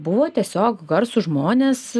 buvo tiesiog garsūs žmonės